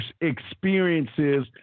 experiences